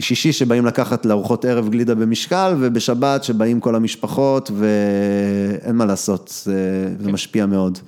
שישי שבאים לקחת לאורחות ערב גלידה במשקל ובשבת שבאים כל המשפחות ואין מה לעשות, זה משפיע מאוד.